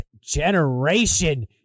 generation